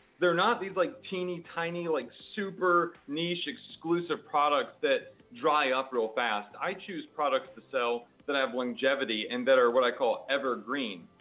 they're not like these like teeny tiny, like, super niche exclusive products that dry up real fast. i choose products to sell that have longevity and that are what i call evergreen.